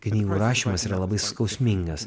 knygų rašymas yra labai skausmingas